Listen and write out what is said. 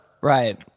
right